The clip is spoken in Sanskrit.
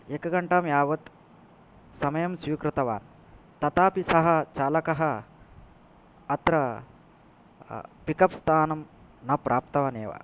एक घण्टां यावत् समयं स्वीकृतवान् तथापि सः चालकः अत्र पिकप् स्थानं ना प्राप्तवान् एव